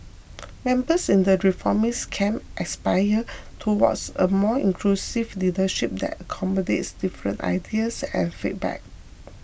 members in the reformist camp aspire towards a more inclusive leadership that accommodates different ideas and feedback